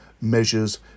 measures